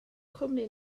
cwmni